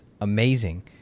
amazing